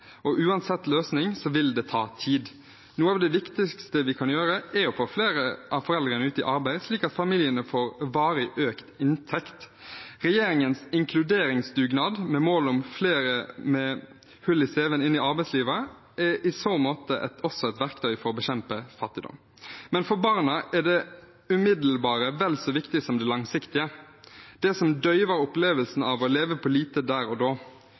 og uansett løsning vil det ta tid. Noe av det viktigste vi kan gjøre, er å få flere av foreldrene ut i arbeid slik at familiene får varig økt inntekt. Regjeringens inkluderingsdugnad, med mål om å få flere med hull i cv-en inn i arbeidslivet, er i så måte også et verktøy for å bekjempe fattigdom. Men for barna er det umiddelbare vel så viktig som det langsiktige – det som døyver opplevelsen av å leve på lite der og da.